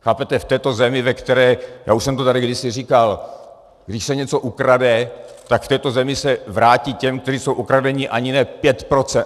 Chápete, v této zemi, ve které, já už jsem to tady kdysi říkal, když se něco ukradne, tak v této zemi se vrátí těm, kteří jsou okradeni, ani ne pět procent.